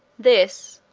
this,